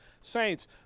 saints